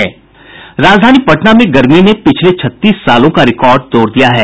राजधानी पटना में गर्मी ने पिछले छत्तीस सालों का रिकॉर्ड तोड़ दिया है